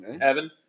Evan